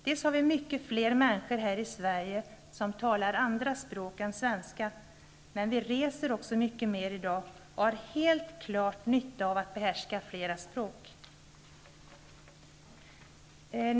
Dels har vi mycket fler människor här i Sverige som talar andra språk än svenska, dels reser vi mycket mer i dag och har helt klart nytta av att behärska flera språk.